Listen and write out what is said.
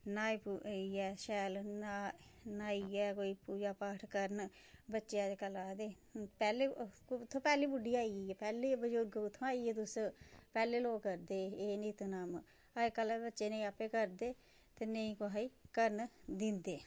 न्हाई इयै शैल न्हाई न्हाई कोई पूजा पाठ करन बच्चे अज्जकल आखदे पैह्लें ओह् कुत्थुं पैहली बुड्ढी आई गेई ऐ पैह्लें बजुर्ग कु'त्थुआं आई गे तुस पैह्लें लोक करदे हे एह् नित नम अज्जकल दे बच्चे नेईं आपें करदे ते नेईं कुसैगी करन दिंदे